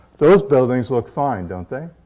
those buildings look fine, don't they?